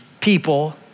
people